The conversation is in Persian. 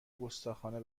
گستاخانه